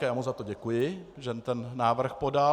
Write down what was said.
Já mu za to děkuji, že ten návrh podal.